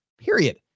period